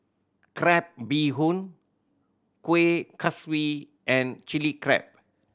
crab bee hoon Kueh Kaswi and Chili Crab